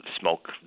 smoke